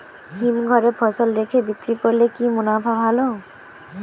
হিমঘরে ফসল রেখে বিক্রি করলে কি মুনাফা ভালো?